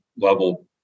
level